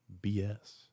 BS